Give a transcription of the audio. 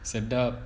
sedap